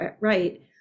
right